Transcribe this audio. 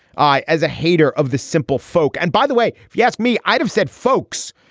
i as a hater of the simple folk and by the way, if you ask me, i'd have said folks,